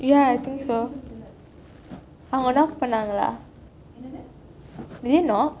ya அவங்க:avanka knock பன்னாங்களா:pannankala did they knock